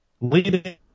Leading